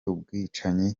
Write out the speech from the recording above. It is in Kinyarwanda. ubwicanyi